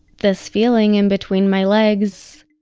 this feeling in between my legs.